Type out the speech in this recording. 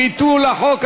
ביטול החוק),